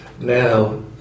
Now